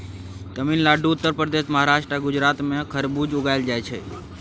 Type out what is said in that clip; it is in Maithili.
तमिलनाडु, उत्तर प्रदेश, महाराष्ट्र आ गुजरात मे खरबुज उगाएल जाइ छै